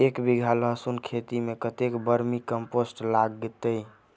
एक बीघा लहसून खेती मे कतेक बर्मी कम्पोस्ट लागतै?